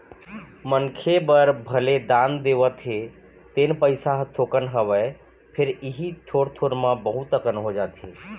मनखे बर भले दान देवत हे तेन पइसा ह थोकन हवय फेर इही थोर थोर म बहुत अकन हो जाथे